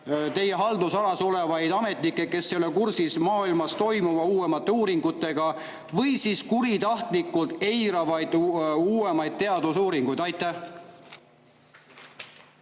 teie haldusalas olevaid ametnikke, kes ei ole kursis maailmas toimuvaga, uuemate uuringutega, või siis kuritahtlikult eiravad uuemaid teadusuuringuid? Aitäh,